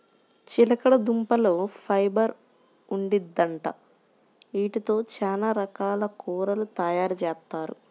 చిలకడదుంపల్లో ఫైబర్ ఉండిద్దంట, యీటితో చానా రకాల కూరలు తయారుజేత్తారు